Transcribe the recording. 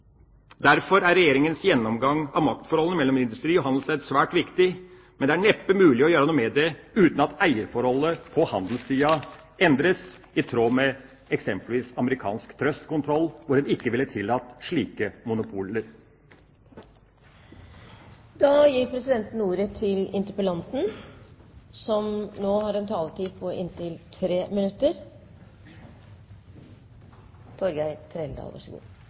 Derfor er Regjeringas gjennomgang av maktforholdene mellom industri og handelsledd svært viktig, men det er neppe mulig å gjøre noe med det uten at eierforholdet på handelssida endres, i tråd med eksempelvis amerikansk trustkontroll, hvor en ikke ville tillatt slike